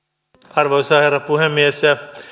arvoisa herra puhemies